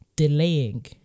delaying